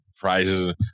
prizes